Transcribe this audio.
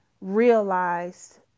realized